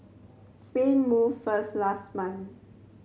Spain moved first last month